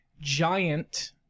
giant